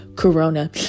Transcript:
corona